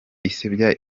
isebya